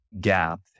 gap